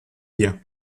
hier